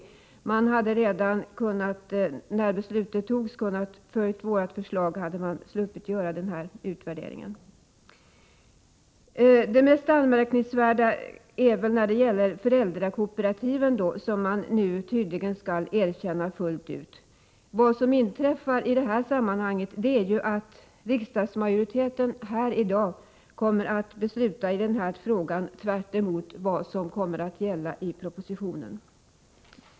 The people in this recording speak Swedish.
Om man redan när beslutet fattades hade följt vårt förslag hade man sluppit göra den här utvärderingen. Det mest anmärkningsvärda gäller föräldrakooperativen, som man nu tydligen skall erkänna fullt ut. Vad som i det här sammanhanget inträffar är att riksdagsmajoriteten här i dag kommer att besluta i frågan tvärtemot vad som gäller i propositionen.